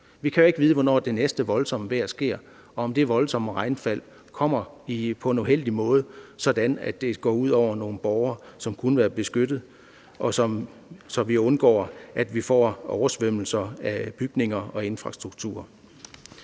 Vi kan jo ikke vide, hvornår der næste gang kommer voldsomt vejr, og om det voldsomme regnfald kommer på en uheldig måde, sådan at det går ud over nogle borgere, som kunne være beskyttet, og vi skal sikre, at vi undgår oversvømmelser af bygninger og infrastruktur.